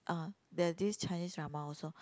ah there this Chinese drama also